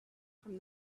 from